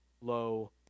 low